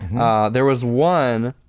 there was one,